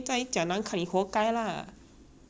是我的衣服我买了我自己穿 mah